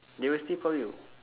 they will still call you